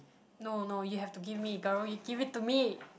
no no you have to give me girl you give it to me